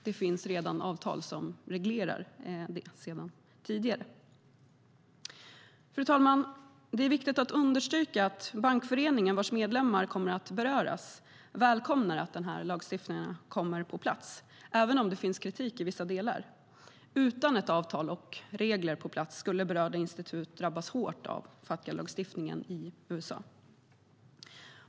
Det finns sedan tidigare avtal som reglerar sådant. Fru talman! Det är viktigt att understryka att Bankföreningen, vars medlemmar kommer att beröras, välkomnar att denna lagstiftning kommer på plats, även om man har kritik i vissa delar. Utan ett avtal och regler på plats skulle berörda institut drabbas hårt av Fatca-lagstiftningen i USA.